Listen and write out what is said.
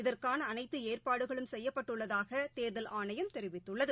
இதற்கானஅனைத்துஏற்பாடுகளும் செய்யப்பட்டுள்ளதாகதேர்தல் ஆணையம் தெரிவித்துள்ளது